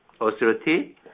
authority